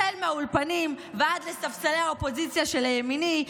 החל מהאולפנים ועד לספסלי האופוזיציה שלימיני,